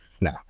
no